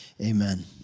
Amen